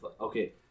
Okay